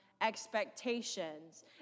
expectations